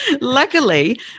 Luckily